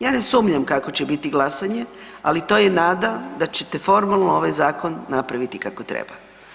Ja ne sumnjam kako će biti glasanje, ali to je nada da ćete formalno ovaj zakon napraviti kako treba.